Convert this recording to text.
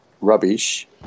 rubbish